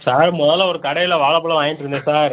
sir முதல்ல ஒரு கடையில் வாழைப் பழம் வாங்கிட்டிருந்தேன் சார்